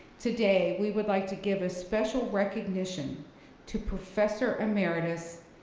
today we would like to give a special recognition to professor emeritus,